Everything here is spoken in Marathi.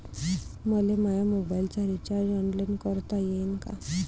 मले माया मोबाईलचा रिचार्ज ऑनलाईन करता येईन का?